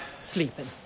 Sleeping